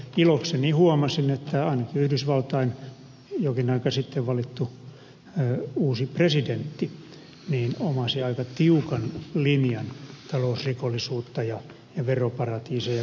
ilokseni huomasin että ainakin yhdysvaltain jokin aika sitten valittu uusi presidentti omasi aika tiukan linjan talousrikollisuutta ja veroparatiiseja kohtaan